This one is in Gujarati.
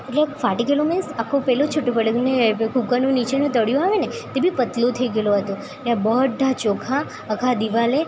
એટલે ફાટી ગેલું મિન્સ આખું પેલું છૂટું પડ્યું એ કૂકરનું નીચેનું તળિયું આવેને તે બી પતલું થઈ ગેલું હતું એટલે બધાં ચોખા આખા દીવાલે